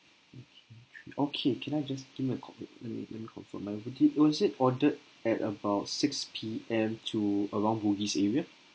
okay okay can I just give me a con~ uh uh let me confirm ah was it ordered at about six P_M to along bugis area